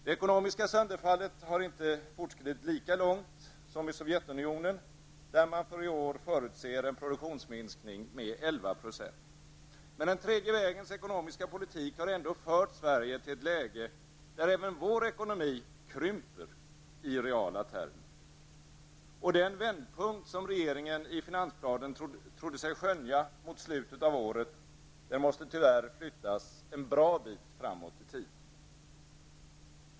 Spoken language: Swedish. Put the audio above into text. Det ekonomiska sönderfallet har inte fortskridit lika långt som i Sovjetunionen, där man för i år förutser en produktionsminskning med 11 %. Men den tredje vägens ekonomiska politik har ändå fört Sverige till ett läge, där även vår ekonomi krymper i reala termer. Och den vändpunkt som regeringen i finansplanen trodde sig skönja mot slutet av året måste tyvärr flyttas en bra bit framåt i tiden.